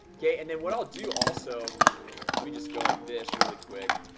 okay, and then what i'll do also let me just go like this really quick